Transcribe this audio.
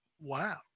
wow